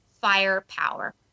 firepower